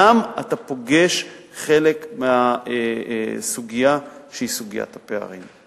אתה גם פוגש חלק מהסוגיה שהיא סוגיית הפערים.